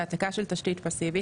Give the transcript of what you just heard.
העתקה של תשתית פסיבית,